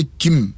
kim